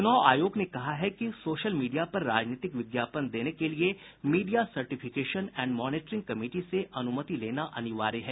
चुनाव आयोग ने कहा है कि सोशल मीडिया पर राजनीतिक विज्ञापन देने को लिए media certification and monitoring committee से अनुमति लेना अनिवार्य है